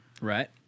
Right